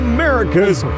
America's